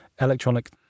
electronic